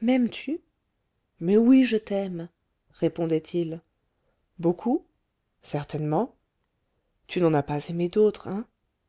m'aimes-tu mais oui je t'aime répondait-il beaucoup certainement tu n'en as pas aimé d'autres hein